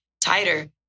tighter